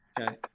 Okay